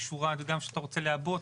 גם כשאתה רוצה לעבות,